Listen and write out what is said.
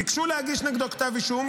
ביקשו להגיש נגדו כתב אישום,